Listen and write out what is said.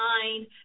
mind